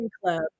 club